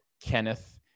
Kenneth